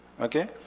Okay